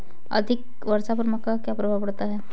अधिक वर्षा का मक्का पर क्या प्रभाव पड़ेगा?